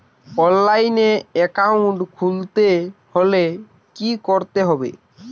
অনলাইনে একাউন্ট খুলতে হলে কি করতে হবে?